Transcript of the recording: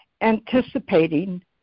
anticipating